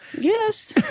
yes